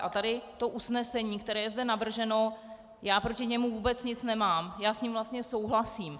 A tady to usnesení, které je zde navrženo, já proti němu vůbec nic nemám, já s ním vlastně souhlasím.